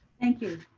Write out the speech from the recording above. thank you.